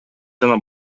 жана